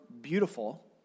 beautiful